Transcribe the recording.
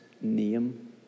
name